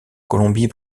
colombie